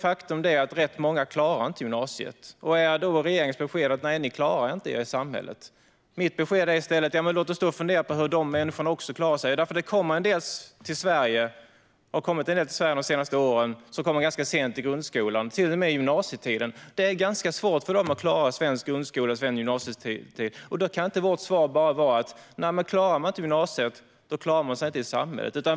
Faktum är att rätt många inte klarar gymnasiet. Är då regeringens besked att de inte klarar sig i samhället? Mitt besked är i stället: Låt oss fundera på hur också de människorna klarar sig. Det har kommit en del till Sverige de senaste åren som kommer ganska sent till grundskolan och gymnasiet. Det är ganska svårt för dem att klara svensk grundskola och svenskt gymnasium, och då kan inte vårt enda svar vara att om man inte klarar gymnasiet klarar man sig inte i samhället.